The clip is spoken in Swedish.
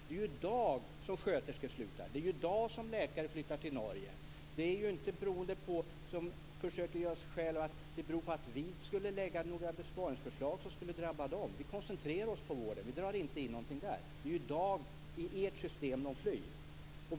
Det är ju i dag som sköterskor slutar. Det är ju i dag som läkare flyttar till Norge. Det beror ju inte på, som det antyds, att vi skulle lägga fram några besparingsförslag som skulle drabba dem. Vi koncentrerar oss på vården. Vi drar inte in någonting där. Det är ju i ert system som de flyr.